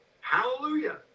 hallelujah